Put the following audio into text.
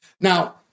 Now